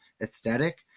aesthetic